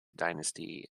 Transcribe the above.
dynasty